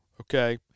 okay